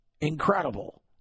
Incredible